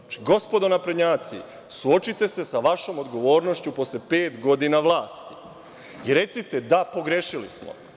Znači, gospodo naprednjaci, suočite se sa vašom odgovornošću posle pet godina vlasti i recite – da pogrešili smo.